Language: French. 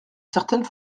certaines